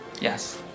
Yes